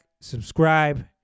subscribe